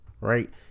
Right